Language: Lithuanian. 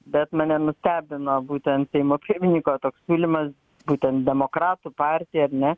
bet mane nustebino būtent seimo pirmininko toks siūlymas būtent demokratų partija ar ne